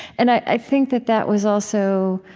and i think that that was also